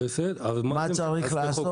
מה צריך לעשות וכולי.